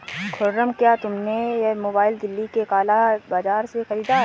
खुर्रम, क्या तुमने यह मोबाइल दिल्ली के काला बाजार से खरीदा है?